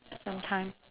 some time